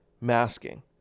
masking